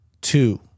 two